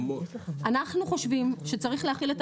אני רוצה להתייחס לבשר, אדוני.